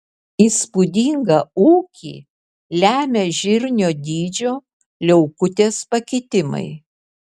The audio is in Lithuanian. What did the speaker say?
įspūdingą ūgį lemia žirnio dydžio liaukutės pakitimai